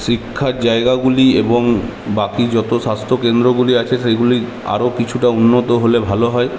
শিক্ষার জায়গাগুলি এবং বাকি যত স্বাস্থ্য কেন্দ্রগুলি আছে সেগুলি আরো কিছুটা উন্নত হলে ভালো হয়